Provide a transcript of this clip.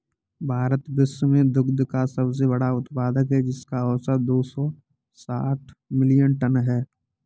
भारत विश्व में दुग्ध का सबसे बड़ा उत्पादक है, जिसका औसत दो सौ साठ मिलियन टन है